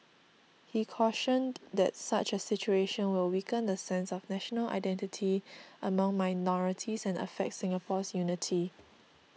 he cautioned that such a situation will weaken the sense of national identity among minorities and affect Singapore's unity